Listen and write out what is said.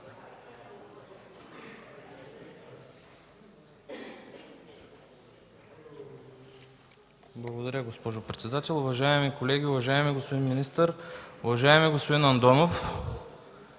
Благодаря, госпожо председател. Уважаеми колеги, уважаеми господин министър! Уважаеми господин Андонов,